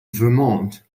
vermont